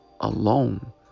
alone